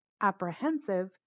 apprehensive